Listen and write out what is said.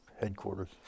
headquarters